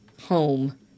home